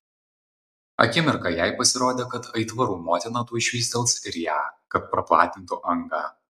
akimirką jai pasirodė kad aitvarų motina tuoj švystels ir ją kad praplatintų angą